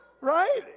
right